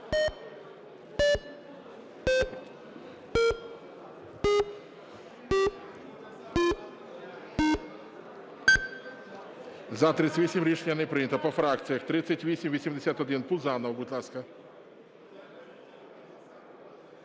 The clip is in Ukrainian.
За-38 Рішення не прийнято. По фракціях. 3881. Пузанов, будь ласка.